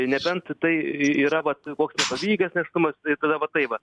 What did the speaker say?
nebent tai yra vat koks nepavykęs nėštumas ir tada va taip va